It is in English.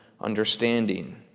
understanding